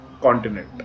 continent